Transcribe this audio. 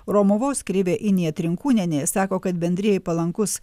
romuvos krivė inija trinkūnienė sako kad bendrijai palankus